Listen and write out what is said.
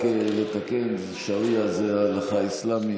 רק לתקן: שריעה זו ההלכה האסלאמית.